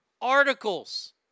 articles